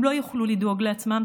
הם לא יוכלו לדאוג לעצמם.